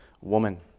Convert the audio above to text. woman